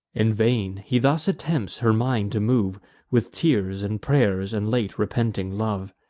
in vain he thus attempts her mind to move with tears, and pray'rs, and late-repenting love.